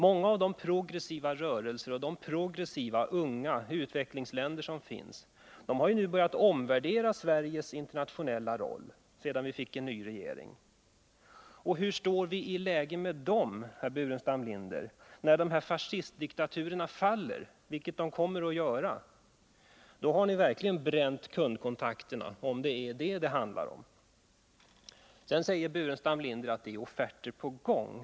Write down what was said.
Många av de progressiva rörelser och de progressiva unga utvecklingsländer som finns har nu börjat omvärdera Sveriges internationella roll sedan vi fått en ny regering. Och hur står vi i förhållande till dem, herr Burenstam Linder, när de här fascistdiktaturerna faller? Det kommer de nämligen att göra. Då har ni verkligen bränt kundkontakterna, om det är det som det handlar om. Sedan säger herr Burenstam Linder att det är offerter på gång.